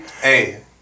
Hey